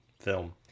film